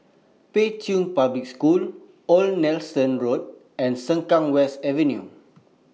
Pei Chun Public School Old Nelson Road and Sengkang West Avenue